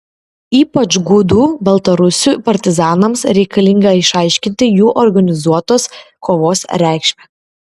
ypač gudų baltarusių partizanams reikalinga išaiškinti jų organizuotos kovos reikšmę